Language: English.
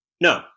No